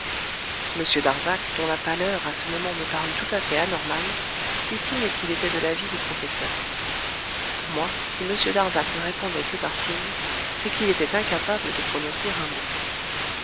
darzac dont la pâleur à ce moment me parut tout à fait anormale fit signe qu'il était de l'avis du professeur pour moi si m darzac ne répondait que par signe c'est qu'il était incapable de prononcer un mot